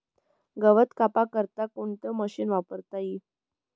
गवत कापा करता कोणतं मशीन वापरता ई?